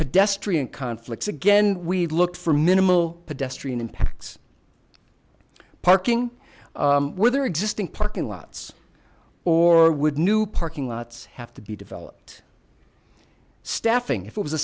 pedestrian conflicts again we look for minimal pedestrian impacts parking where there are existing parking lots or would new parking lots have to be developed staffing if it was a